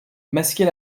masquer